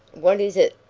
what is it,